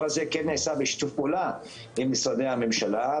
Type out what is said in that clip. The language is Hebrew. הזה כן נעשה בשיתוף פעולה עם משרדי הממשלה.